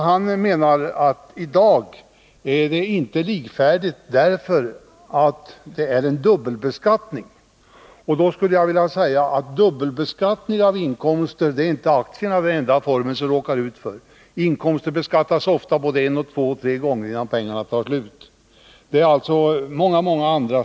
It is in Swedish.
Han menade att det i dag inte är likvärdiga sparformer, därför att vi har dubbelbeskattning. Då skulle jag vilja säga att aktiesparandet inte är den enda formen av sparande som råkar ut för dubbelbeskattning. Inkomster beskattas ofta både en och två och tre gånger innan skatteprocessen är färdig. Det sker alltså i många andra sammanhang.